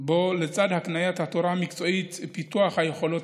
שבו לצד הקניית התורה המקצועית ופיתוח היכולות